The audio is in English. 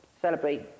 celebrate